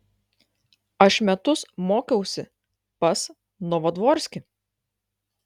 aš metus mokiausi pas novodvorskį